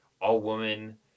all-woman